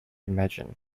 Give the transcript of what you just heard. imagine